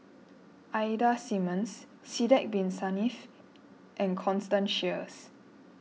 Ida Simmons Sidek Bin Saniff and Constance Sheares